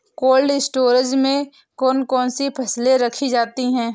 Cold storage में कौन कौन सी फसलें रखी जाती हैं?